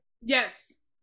yes